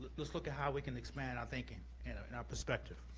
let's look at how we can expand our thinking and ah and our perspective.